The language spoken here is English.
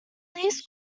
please